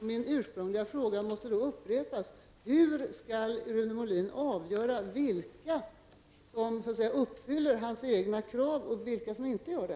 Jag måste därför upprepa min ursprungliga fråga: Hur skall Rune Molin avgöra vilka som uppfyller hans egna krav och vilka som inte gör det?